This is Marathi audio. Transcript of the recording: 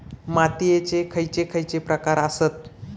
मातीयेचे खैचे खैचे प्रकार आसत?